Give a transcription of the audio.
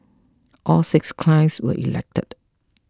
all six clients were elected